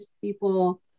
people